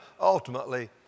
ultimately